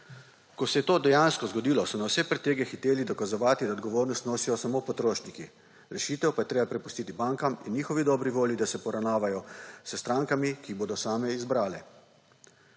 Ko se je to dejansko zgodilo, so na vse pretege hiteli dokazovati, da odgovornost nosijo samo potrošniki, rešitev pa je treba prepustiti bankam in njihovi dobri volji, da se poravnavajo s strankami, ki jih bodo same izbrale.